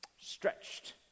stretched